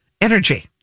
energy